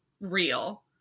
real